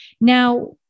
Now